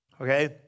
Okay